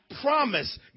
promise